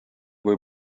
kui